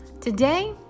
today